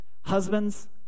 Husbands